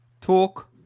Talk